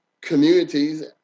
communities